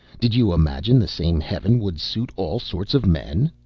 did you imagine the same heaven would suit all sorts of men?